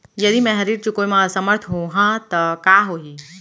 यदि मैं ह ऋण चुकोय म असमर्थ होहा त का होही?